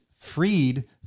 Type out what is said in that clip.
freed